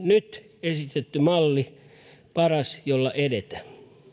nyt esitetty malli paras jolla edetä